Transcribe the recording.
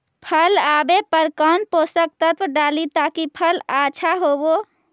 फल आबे पर कौन पोषक तत्ब डाली ताकि फल आछा होबे?